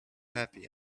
happy